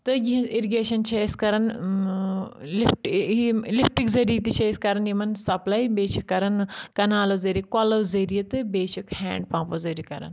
تہٕ یہٕنٛز اِرِگیشن چھِ أسی کَران لِفٹ یِم لفٹِک ذٔریعہِ تہِ چھِ أسی کَران یِمن سَپلاے بیٚیہِ چھِ کَران کَنالو ذٔریعہِ کۄلو ذٔریعہِ تہٕ بیٚیہ چھِکھ ہینٛڈ پمپو ذٔریعہِ کَران